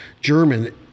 German